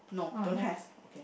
uh no